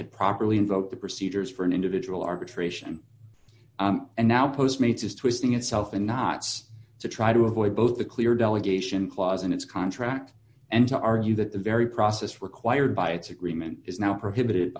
had properly invoked the procedures for an individual arbitration and now post mates is twisting itself in knots to try to avoid both the clear delegation clause in its contract and to argue that the very process required by its agreement is now prohibited